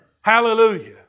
Hallelujah